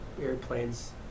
airplanes